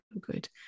good